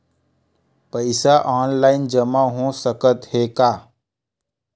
पईसा ऑनलाइन जमा हो साकत हे का?